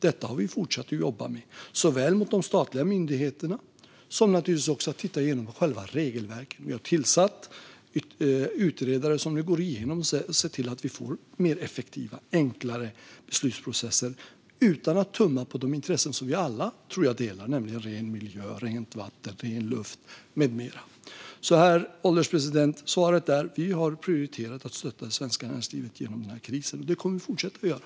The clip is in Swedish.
Detta har vi fortsatt att jobba med, såväl mot de statliga myndigheterna som med att titta på själva regelverket. Vi har tillsatt utredare som går igenom detta och ser till att vi får mer effektiva och enkla beslutsprocesser utan att tumma på de intressen som jag tror att vi alla delar, nämligen ren miljö, rent vatten, ren luft med mera. Herr ålderspresident! Svaret är att vi har prioriterat att stötta det svenska näringslivet genom den här krisen, och det kommer vi att fortsätta göra.